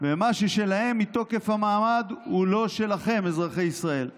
ומה ששלהם מתוקף המעמד הוא לא שלכם, אזרחי ישראל.